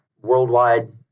worldwide